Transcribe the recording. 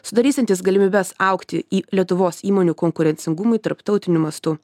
sudarysiantis galimybes augti į lietuvos įmonių konkurencingumui tarptautiniu mastu